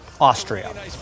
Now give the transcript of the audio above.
Austria